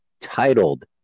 titled